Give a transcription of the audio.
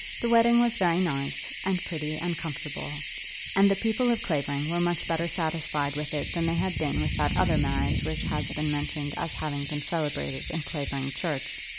the wedding was very nice, and pretty, and comfortable and the people of clavering were much better satisfied with it than they had been with that other marriage which has been mentioned as having been celebrated in clavering church.